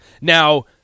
Now